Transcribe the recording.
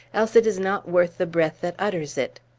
else it is not worth the breath that utters it.